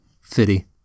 Fitty